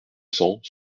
cents